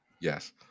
Yes